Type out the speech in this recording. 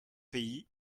pays